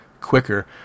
quicker